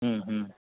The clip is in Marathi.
हं हं